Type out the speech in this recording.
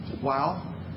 Wow